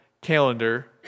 calendar